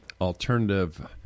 alternative